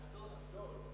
אשדוד.